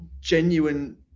genuine